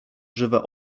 żywe